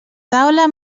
taula